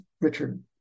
Richard